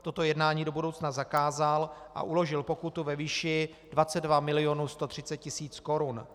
Toto jednání do budoucna zakázal a uložil pokutu ve výši 22 milionů 130 tisíc korun.